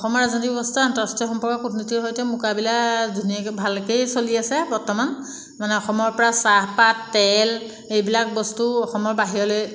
অসমৰ ৰাজনৈতিক ব্যৱস্থাই আন্তঃৰাষ্ট্ৰীয় সম্পৰ্ক কূটনীতিৰ সৈতে মোকাবিলা ধুনীয়াকৈ ভালকৈয়ে চলি আছে বৰ্তমান মানে অসমৰপৰা চাহপাত তেল এইবিলাক বস্তু অসমৰ বাহিৰলৈ